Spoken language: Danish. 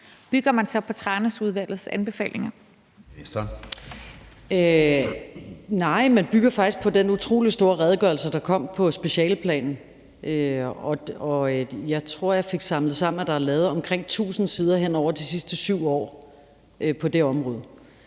(Pernille Rosenkrantz-Theil): Nej, man bygger faktisk på den utrolig store redegørelse, der kom i forhold til specialeplanen, og jeg tror, jeg fik samlet sammen, at der er lavet omkring 1.000 sider hen over de sidste 7 år på det område.